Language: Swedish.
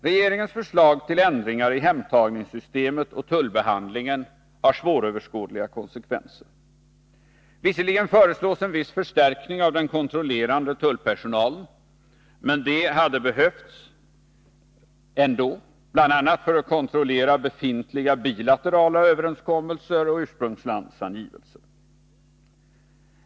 Regeringens förslag till ändringar i hemtagningssystemet och tullbehandlingen har svåröverskådliga konsekvenser. Visserligen föreslås en viss förstärkning av den kontrollerande tullpersonalen, men det hade behövts ändå, bl.a. för att kunna kontrollera befintliga bilaterala överenskommelser och ursprungslandsangivelser.